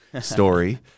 story